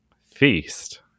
feast